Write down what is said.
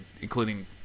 including